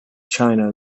china